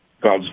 God's